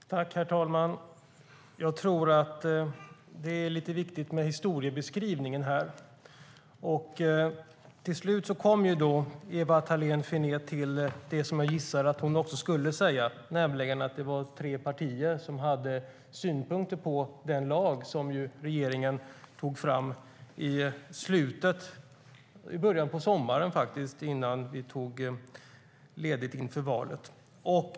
STYLEREF Kantrubrik \* MERGEFORMAT Svar på interpellationerHerr talman! Jag tycker att det är viktigt att ge rätt historiebeskrivning i debatten. Till slut kom Ewa Thalén Finné fram till det som jag gissar att hon skulle säga, nämligen att det var tre partier som hade synpunkter på det lagförslag som regeringen lade fram i början av sommaren, innan vi tog ledigt inför valrörelsen.